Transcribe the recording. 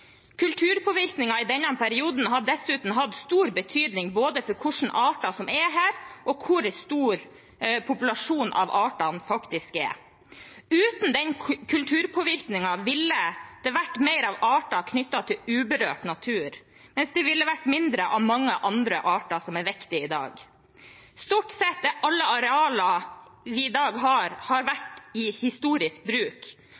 i denne perioden har dessuten hatt stor betydning både for hvilke arter som er her, og for hvor stor populasjonen av arter faktisk er. Uten den kulturpåvirkningen ville det vært mer av arter knyttet til uberørt natur, mens det ville vært mindre av mange andre arter som er viktige i dag. Stort sett har alle arealer vi i dag har, vært i historisk bruk,